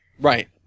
Right